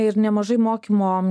ir nemažai mokymo